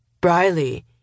Briley